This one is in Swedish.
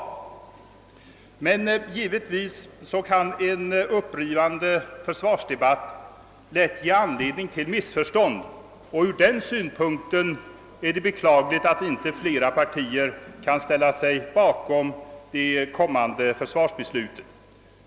Men givetvis kan en upprivande försvarsdebatt lätt ge anledning till missförstånd, och från den synpunkten är det beklagligt att inte fler partier kan ställa sig bakom det kommande försvarsbeslutet.